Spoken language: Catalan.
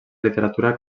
literatura